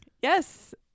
yes